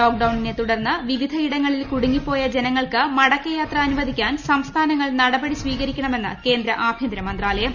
ലോക്ഡൌണിനെീതുടർന്ന് വിവിധ ഇടങ്ങളിൽ കുടുങ്ങിപ്പോയ ജനങ്ങൾക്ക് മടക്കയാത്ര അനുവദിക്കാൻ സംസ്ഥാനങ്ങൾ നടപടി സ്വീകരിക്കണമെന്ന് കേന്ദ്ര ആഭ്യന്തര മന്ത്രാലയം